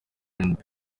rnb